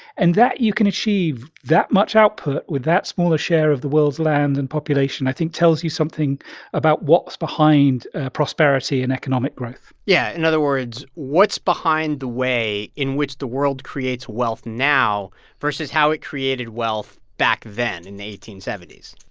and that you can achieve that much output with that small a share of the world's land and population, i think, tells you something about what's behind prosperity and economic growth yeah. in other words, what's behind the way in which the world creates wealth now versus how it created wealth back then in the eighteen seventy s?